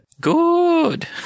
good